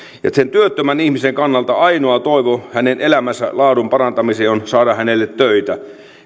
sen työttömän ihmisen kannalta ainoa toivo hänen elämänsä laadun parantamiseen on saada hänelle töitä